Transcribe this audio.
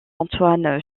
antoine